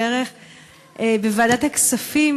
בוועדת הכספים,